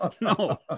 No